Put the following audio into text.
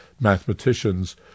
mathematicians